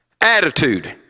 Attitude